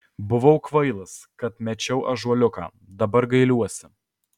buvau kvailas kad mečiau ąžuoliuką dabar gailiuosi